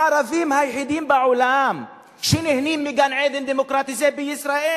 הערבים היחידים בעולם שנהנים מגן-עדן דמוקרטי זה בישראל.